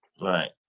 Right